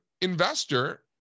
investor